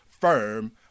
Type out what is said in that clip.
firm